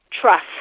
Trust